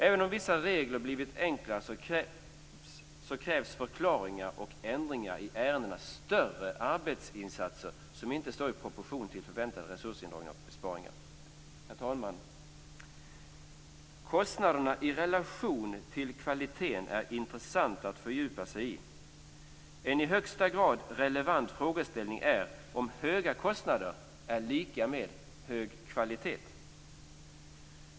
Även om vissa regler blivit enklare kräver förklaringar och ändringar i ärendena större arbetsinsatser, insatser som inte står i proportion till förväntade resursindragningar och besparingar. Herr talman! Detta med kostnaderna i relation till kvaliteten är en intressant fråga att fördjupa sig i. En i högsta grad relevant frågeställning är om höga kostnader är lika med hög kvalitet.